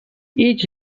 each